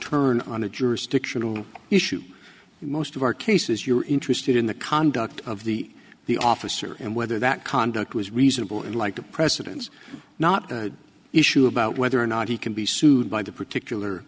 turn on a jurisdictional issue in most of our cases you're interested in the conduct of the the officer and whether that conduct was reasonable and like a precedence not issue about whether or not he can be sued by the particular